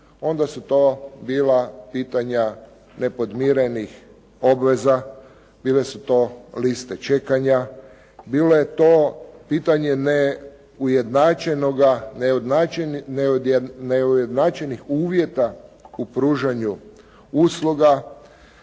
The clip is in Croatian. onda su to bila pitanja nepodmirenih obveza, bile su to liste čekanja, bilo je to pitanje neujednačenih uvjeta u pružanju usluga,